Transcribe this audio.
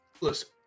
Listen